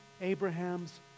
Abraham's